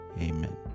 amen